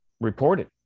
reported